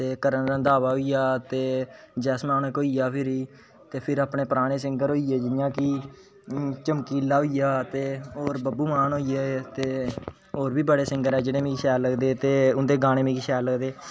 ते करण रधांवा होई गया ते जसमानक होई गया फिरी ते फिर अपने पराने सिंगर होई गे जियां कि चमकिला होई गया ते और बबू मान होई गया ते और बी बडे सिंगर ऐ जिन्हे मिगी शैल लगदे ते उन्दे गाने मिगी शैल लगदे